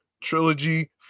Trilogy